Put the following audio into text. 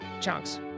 chunks